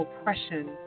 oppression